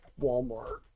Walmart